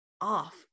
off